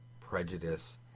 prejudice